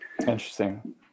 Interesting